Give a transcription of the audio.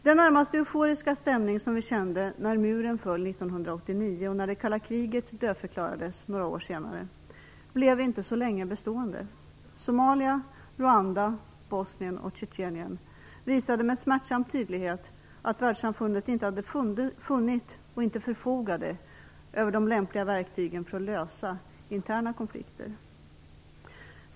Den närmast euforiska stämning som vi kände när muren föll 1989 och när det kalla kriget dödförklarades några år senare blev inte så länge bestående. Somalia, Rwanda, Bosnien och Tjetjenien visade med smärtsam tydlighet att världssamfundet inte hade funnit och inte förfogade över de lämpliga verktygen för att lösa interna konflikter.